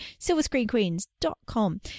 silverscreenqueens.com